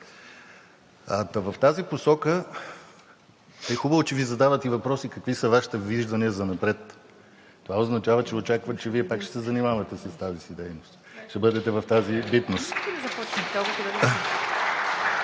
в тази посока е хубаво, че Ви задават и въпроси – какви са Вашите виждания занапред. Това означава, че очакват, че Вие пак ще се занимавате с тази си дейност, ще бъдете в тази битност.